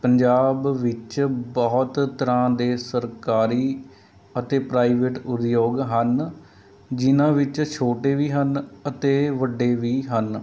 ਪੰਜਾਬ ਵਿੱਚ ਬਹੁਤ ਤਰ੍ਹਾਂ ਦੇ ਸਰਕਾਰੀ ਅਤੇ ਪ੍ਰਾਈਵੇਟ ਉਦਯੋਗ ਹਨ ਜਿਹਨਾਂ ਵਿੱਚ ਛੋਟੇ ਵੀ ਹਨ ਅਤੇ ਵੱਡੇ ਵੀ ਹਨ